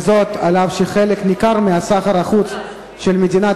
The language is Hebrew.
וזאת אף שחלק ניכר מסחר החוץ של מדינת